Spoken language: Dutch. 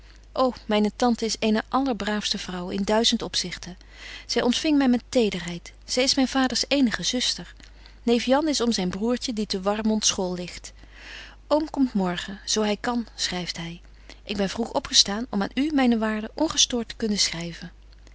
o myne tante is eene allerbraafste vrouw in duizend opzigten zy ontfing my met tederheid zy is myn vaders eenige zuster neef jan is om zyn broêrtje die te warmond school ligt oom komt morgen zo hy kan schryft hy ik ben vroeg opgestaan om aan u myne waarde ongestoort te kunnen schryven